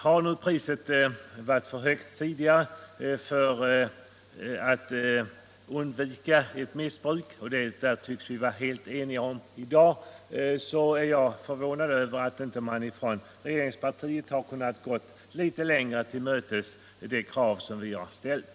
Priset för att undvika missbruk har tidigare varit för högt — det tycks Nr 76 vi i dag vara helt ense om. Jag är därför förvånad över att regeringspartiet Fredagen den inte kunnat tillmötesgå det krav som vi har ställt.